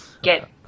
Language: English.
get